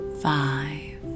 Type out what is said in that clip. five